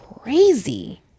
crazy